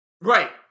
Right